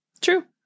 True